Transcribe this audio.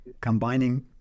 combining